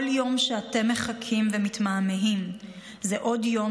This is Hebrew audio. כל יום שאתם מחכים ומתמהמהים זה עוד יום